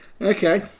Okay